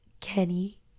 Kenny